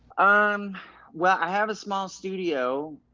um well, i have a small studio,